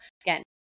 again